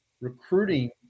recruiting